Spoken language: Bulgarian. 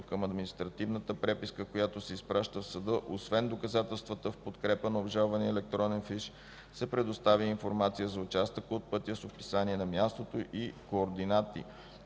към административната преписка, която се изпраща в съда, освен доказателствата в подкрепа на обжалвания електронен фиш, се предоставя и информация за участъка от път с описание на мястото и координати,